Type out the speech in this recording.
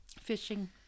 fishing